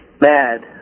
Mad